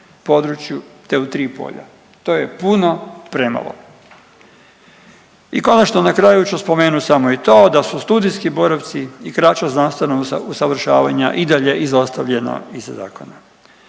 te u tri polja, to je puno premalo. I konačno na kraju ću spomenut samo i to da su studijski boravci i kraća znanstvena usavršavanja i dalje izostavljena iz zakona.